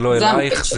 זה לא אלייך,